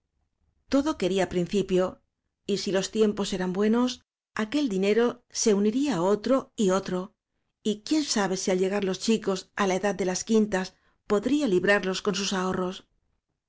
todo quería principio y si los tiempos eran buenos á aquel dinero se uniría otro y otro y quién sabe si al á la edad de las quintas po lleear los o chicos dría librarlos con sus ahorros